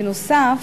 בנוסף,